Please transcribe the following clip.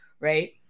Right